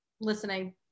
Listening